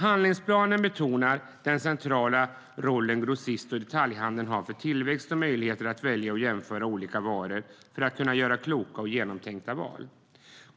Handlingsplanen betonar den centrala roll som grossist och detaljhandeln har för tillväxt och möjligheter att välja och jämföra olika varor för att kunna göra kloka och genomtänkta val.